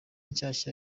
nshyashya